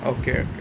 okay okay